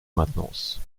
maintenance